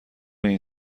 این